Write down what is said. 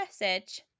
message